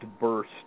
burst